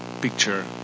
picture